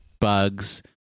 Bugs